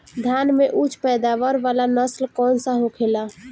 धान में उच्च पैदावार वाला नस्ल कौन सा होखेला?